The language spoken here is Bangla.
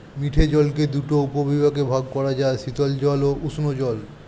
মিঠে জলকে দুটি উপবিভাগে ভাগ করা যায়, শীতল জল ও উষ্ঞ জল